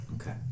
Okay